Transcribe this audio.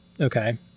okay